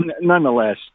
nonetheless